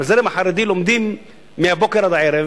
בזרם החרדי לומדים מהבוקר עד הערב,